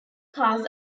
cars